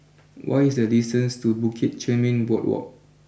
what is the distance to Bukit Chermin Boardwalk